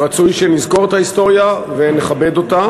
ורצוי שנזכור את ההיסטוריה ונכבד אותה.